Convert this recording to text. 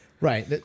Right